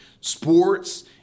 sports